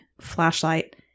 flashlight